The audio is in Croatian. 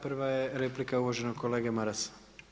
Prva je replika uvaženog kolege Marasa.